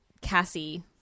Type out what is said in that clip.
Cassie